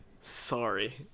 sorry